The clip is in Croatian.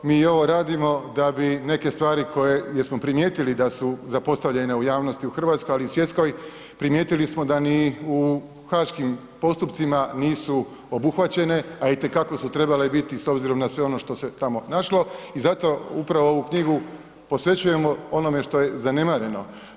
Mi ovo radimo da bi neke stvari koje, gdje smo primijetili da su zapostavljene u javnosti u hrvatskoj, ali i u svjetskoj, primijetili smo da ni u haškim postupcima nisu obuhvaćene, a itekako su trebale biti s obzirom na sve ono što se tamo našlo i zato upravo ovu knjigu posvećujemo onome što je zanemareno.